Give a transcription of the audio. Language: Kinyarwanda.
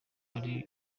uri